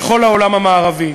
בכל העולם המערבי.